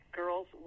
girls